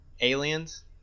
Aliens